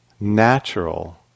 natural